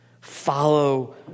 Follow